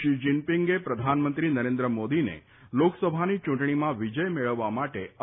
શી જીનપીંગે પ્રધાનમંત્રી નરેન્દ્ર મોદીને લોકસભાની ચૂંટણીમાં વિજય મેળવવા માટે અભિનંદન આપ્યા હતા